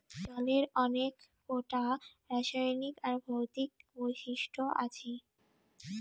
জলের অনেক কোটা রাসায়নিক আর ভৌতিক বৈশিষ্ট আছি